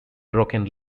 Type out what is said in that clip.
broken